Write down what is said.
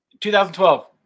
2012